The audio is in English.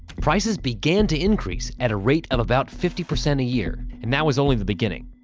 prices began to increase at a rate of about fifty percent a year. and that was only the beginning.